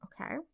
okay